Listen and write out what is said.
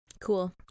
Cool